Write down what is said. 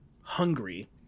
hungry